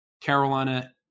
Carolina